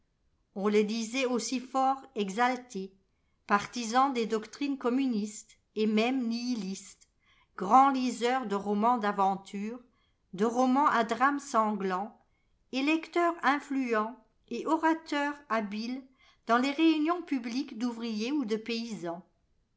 on le disait aussi fort exalté partisan des doctrines communistes et même nihilistes grand liseur de romans d'aventures de romans à drames sanglants électeur inlluent et orateur habile dans les réunions publiques d'ouvriers ou de paysans